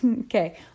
Okay